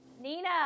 Nina